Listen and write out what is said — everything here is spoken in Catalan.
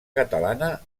catalana